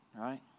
Right